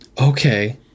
Okay